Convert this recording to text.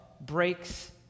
breaks